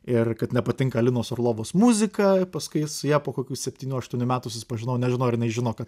ir kad nepatinka alinos orlovos muzika paskui su ja po kokių septynių aštuonių metų susipažinau nežinau ar jinai žino kad